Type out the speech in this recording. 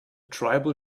tribal